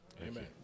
Amen